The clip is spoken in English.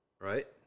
right